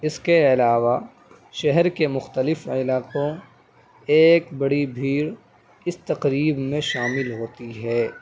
اس کے علاوہ شہر کے مختلف علاقوں ایک بڑی بھیڑ اس تقریب میں شامل ہوتی ہے